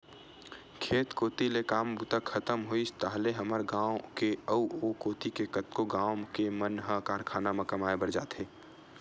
खेत कोती ले काम बूता खतम होइस ताहले हमर गाँव के अउ ओ कोती के कतको गाँव के मन ह कारखाना म कमाए बर जाथे